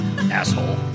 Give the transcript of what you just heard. Asshole